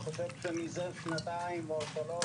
מזה שנתיים ומעלה או שלוש